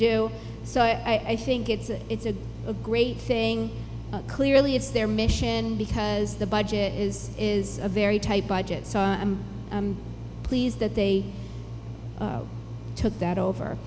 do so i think it's a it's a great thing clearly it's their mission because the budget is is a very tight budget saw i'm pleased that they took that over